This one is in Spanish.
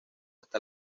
hasta